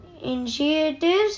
initiatives